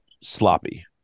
sloppy